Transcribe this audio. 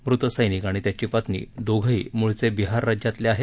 मृत सैनिक आणि त्याची पत्नी दोघेही मूळचे बिहार राज्यातले आहेत